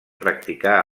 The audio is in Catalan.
practicar